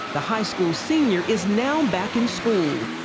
the high school senior is now back in school.